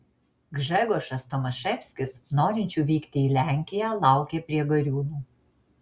gžegožas tomaševskis norinčių vykti į lenkiją laukė prie gariūnų